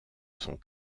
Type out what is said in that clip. sont